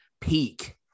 peak